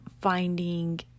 finding